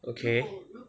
okay